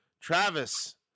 Travis